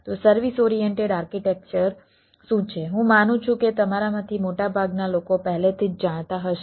તો service oriented architecture શું છે હું માનું છું કે તમારામાંથી મોટાભાગના લોકો પહેલેથી જ જાણતા હશે